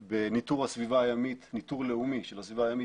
בניטור לאומי של הסביבה הימית,